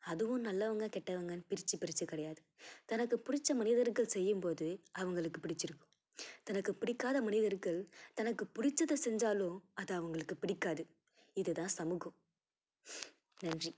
அதுவும் நல்லவங்கள் கெட்டவங்கள்னு பிரித்து பிரித்து கிடையாது தனக்கு பிடிச்ச மனிதர்கள் செய்யும் போது அவங்களுக்கு பிடிச்சிரும் தனக்கு பிடிக்காத மனிதர்கள் தனக்கு பிடிச்சத செஞ்சாலும் அது அவங்களுக்கு பிடிக்காது இது தான் சமூகம் நன்றி